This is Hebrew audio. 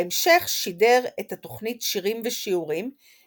בהמשך שידר את התוכנית ״שירים ושיעורים״,